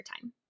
time